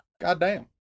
Goddamn